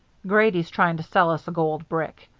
grady's trying to sell us a gold brick.